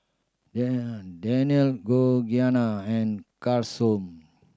Dan Dannielle Georgianna and Carson